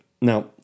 Now